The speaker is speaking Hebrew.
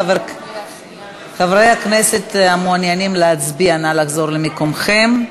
חברי הכנסת המעוניינים להצביע, נא לחזור למקומכם.